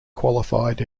qualified